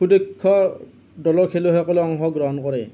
সুদক্ষ দলৰ খেলুৱৈসকলে অংশগ্ৰহণ কৰে